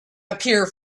appear